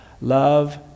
Love